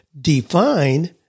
define